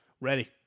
Ready